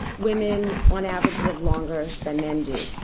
women on average live longer than men do,